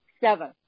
seven